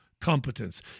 competence